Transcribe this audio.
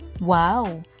Wow